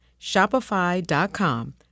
Shopify.com